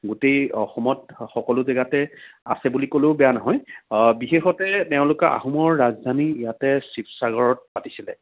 গোটেই অসমত সকলো জেগাতে আছে বুলি ক'লেও বেয়া নহয় বিশেষতে তেওঁলোকে আহোমৰ ৰাজধানী ইয়াতে শিৱসাগৰত পাতিছিল